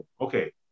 okay